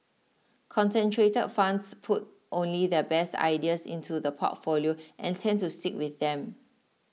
concentrated funds put only their best ideas into the portfolio and tend to sick with them